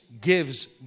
gives